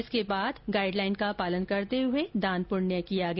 इसके पश्चात guideline का पालन करते हुए दान पुण्य किया गया